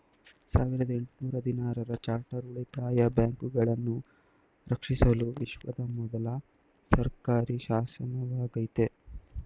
ಸಾವಿರದ ಎಂಟು ನೂರ ಹದಿನಾರು ರ ಚಾರ್ಟರ್ ಉಳಿತಾಯ ಬ್ಯಾಂಕುಗಳನ್ನ ರಕ್ಷಿಸಲು ವಿಶ್ವದ ಮೊದ್ಲ ಸರ್ಕಾರಿಶಾಸನವಾಗೈತೆ